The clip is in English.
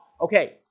Okay